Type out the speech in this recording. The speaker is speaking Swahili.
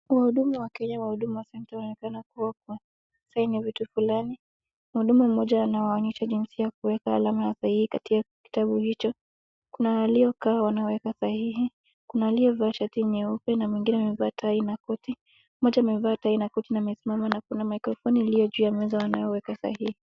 Wahudumu wa Kenya wa Huduma Centre wanaonekana kuwa wana sign vitu fulani, mwalimu mmoja anawaonyesha jinsi ya kuweka alama ya sahihi katika kitabu hicho, kuna waliokaa wanaweka sahihi, kuna aliyevaa shati nyeupe na mwingine amevaa tai na koti, moja amevaa tai na koti na amesimama na kuna microphone iliyojuu ya meza wanayoweka sahihi.